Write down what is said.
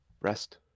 rest